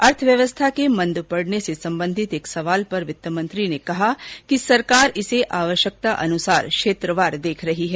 अर्थव्यवस्था के मंद पड़ने से संबंधित एक सवाल पर वित्त मंत्री ने कहा कि सरकार इसे आवश्यकतानुसार क्षेत्रवार देख रही है